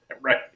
Right